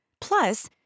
Plus